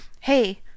Hey